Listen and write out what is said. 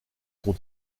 qu’on